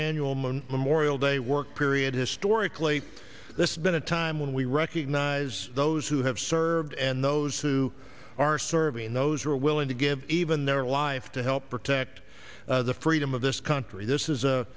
moon memorial day work period historically this been a time when we recognize those who have served and those who are serving those who are willing to give even their life to help protect the freedom of this country this is a